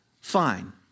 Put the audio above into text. Fine